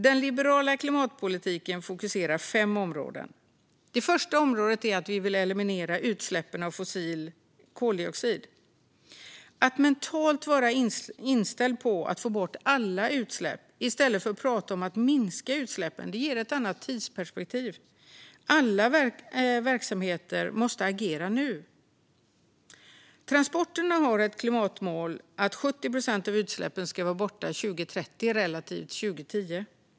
Den liberala klimatpolitiken fokuserar på fem områden. Det första är att eliminera utsläppen av fossil koldioxid. Att mentalt vara inställd på att få bort alla utsläpp i stället för att prata om att minska utsläppen ger ett annat tidsperspektiv. Alla verksamheter måste agera nu. Transporterna har ett klimatmål att 70 procent av utsläppen ska vara borta 2030 relativt 2010.